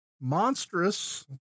Monstrous